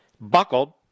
buckled